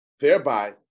thereby